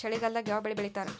ಚಳಿಗಾಲದಾಗ್ ಯಾವ್ ಬೆಳಿ ಬೆಳಿತಾರ?